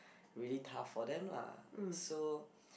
really tough for them lah so